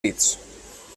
dits